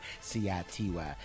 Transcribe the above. C-I-T-Y